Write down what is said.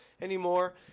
anymore